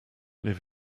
live